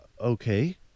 okay